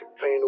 pain